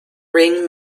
ring